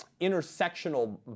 intersectional